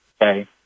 okay